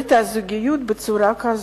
ברית הזוגיות בצורה כזאת.